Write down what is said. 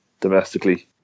domestically